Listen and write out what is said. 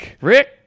Rick